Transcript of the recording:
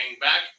back